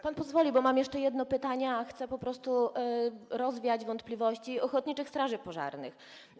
Pan pozwoli, bo mam jeszcze jedno pytanie, a chcę po prostu rozwiać wątpliwości ochotniczych straży pożarnych.